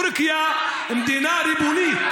יאללה, יאללה, טורקיה היא מדינה ריבונית.